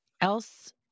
else